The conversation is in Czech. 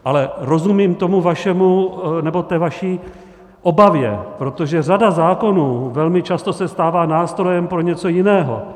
Ale rozumím tomu vašemu... nebo vaší obavě, protože řada zákonů se velmi často stává nástrojem pro něco jiného.